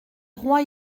roi